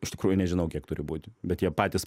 iš tikrųjų nežinau kiek turi būti bet jie patys